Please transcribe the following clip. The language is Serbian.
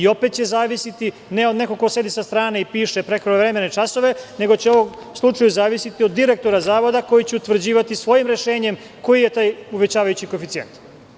Opet će zavisiti, ne od nekog ko sedi sa strane i piše prekovremene časove, nego će u ovom slučaju zavisiti od direktora zavoda koji će utvrđivati svojim rešenjem koji je taj uvećavajući koeficijent.